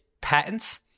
patents